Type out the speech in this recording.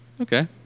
Okay